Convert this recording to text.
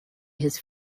his